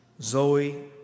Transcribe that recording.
Zoe